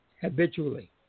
habitually